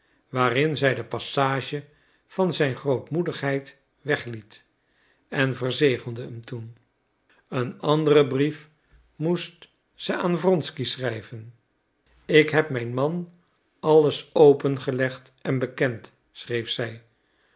waarin zij de passage van zijn grootmoedigheid wegliet en verzegelde hem toen een anderen brief moest ze aan wronsky schrijven ik heb mijn man alles opengelegd en bekend schreef zij